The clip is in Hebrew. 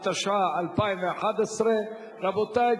התשע"א 2011. רבותי,